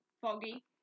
foggy